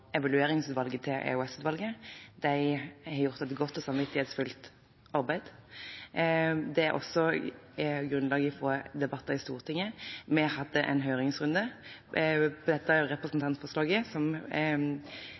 evalueringsutvalget for EOS-utvalget. De har gjort et godt og samvittighetsfullt arbeid. Det er også et grunnlag fra debatter i Stortinget. Vi har hatt en høringsrunde, vi har hatt dette representantforslaget, som Justis- og beredskapsdepartementet og Forsvarsdepartementet svarte på.